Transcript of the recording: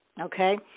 Okay